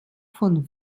von